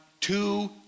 two